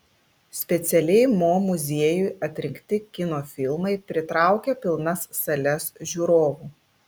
specialiai mo muziejui atrinkti kino filmai pritraukia pilnas sales žiūrovų